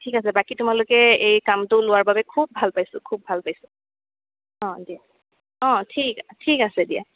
ঠিক আছে বাকী তোমালোকে এই কামটো লোৱাৰ বাবে খুব ভাল পাইছোঁ খুব ভাল পাইছোঁ অঁ দিয়া অঁ ঠিক ঠিক আছে দিয়া